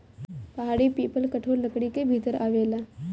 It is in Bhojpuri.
पहाड़ी पीपल कठोर लकड़ी के भीतर आवेला